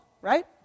right